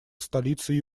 столицей